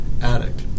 addict